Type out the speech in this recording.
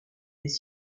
des